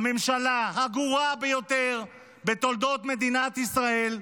הממשלה הגרועה ביותר בתולדות מדינת ישראל,